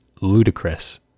ludicrous